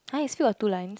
!huh! you still got two lines